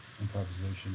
improvisation